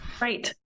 Right